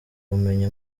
ubumenyi